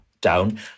down